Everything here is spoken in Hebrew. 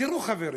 תראו, חברים,